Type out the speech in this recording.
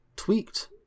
tweaked